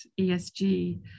ESG